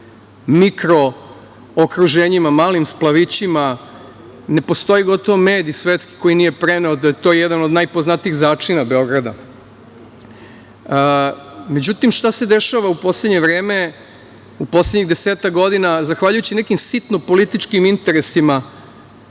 mikro okruženjima, malim splavovima, ne postoji gotovo mediji svetski koji nije preneo da je to jedan od najpoznatijih začina Beograda.Međutim, šta se dešava u poslednje vreme, u poslednjih desetak godina, zahvaljujući nekim sitno političkim interesima?